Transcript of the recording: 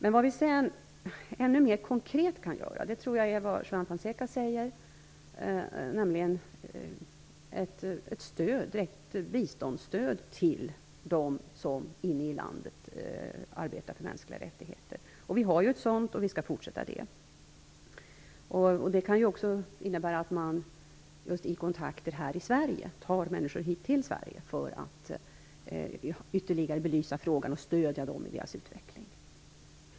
Vad vi ännu mer konkret kan göra är vad Juan Fonseca säger, nämligen ett direkt biståndsstöd till dem som inne i landet arbetar för mänskliga rättigheter. Vi har ett sådant, och vi skall fortsätta med det. Det kan också innebära att man har kontakter här i Sverige och tar människor till Sverige för att ytterligare belysa frågan och stödja dem i deras utveckling.